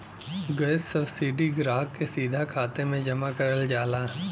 gas subsidy ग्राहक के सीधा खाते में जमा करल जाला